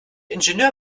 ingenieur